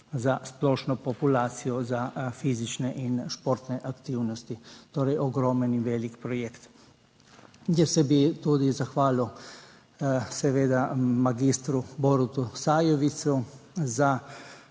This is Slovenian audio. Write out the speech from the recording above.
za splošno populacijo, za fizične in športne aktivnosti. Torej ogromen in velik projekt. Jaz se bi tudi zahvalil seveda magistru Borutu Sajovicu za